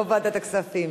לא ועדת הכספים.